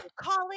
college